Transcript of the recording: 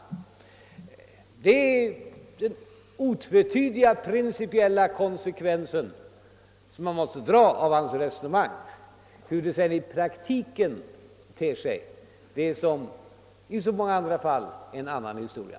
Det är den otvetydiga konsekvensen av hans resonemang. Hur det sedan i praktiken ter sig är som i så många andra fall en annan historia.